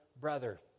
brother